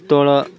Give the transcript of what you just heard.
ତଳ